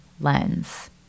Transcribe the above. lens